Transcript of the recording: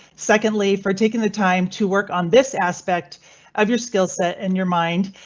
secondly, for taking the time to work on this aspect of your skill set in your mind.